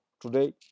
today